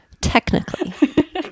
technically